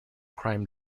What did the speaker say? crime